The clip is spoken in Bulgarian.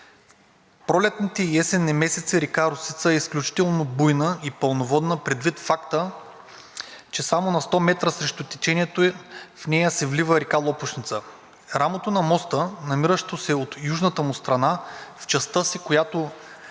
пролетните и есенни месеци река Росица е изключително буйна и пълноводна, предвид факта, че само на сто метра срещу течението ѝ в нея се влива река Лопушница. Рамото на моста, намиращо се от южната му страна, в частта си, която